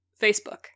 Facebook